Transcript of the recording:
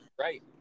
right